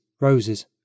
roses